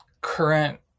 current